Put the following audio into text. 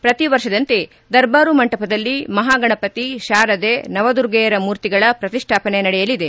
ಪ್ರತಿವರ್ಷದಂತೆ ದರ್ಬಾರು ಮಂಟಪದಲ್ಲಿ ಮಹಾಗಣಪತಿ ಶಾರದೆ ನವದುರ್ಗೆಯರ ಮೂರ್ತಿಗಳ ಪ್ರತಿಷ್ಠಾಪನೆ ನಡೆಯಲಿದೆ